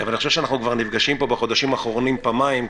אבל אני חושב שאנחנו כבר נפגשים פה בחודשים האחרונים פעמיים,